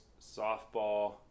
softball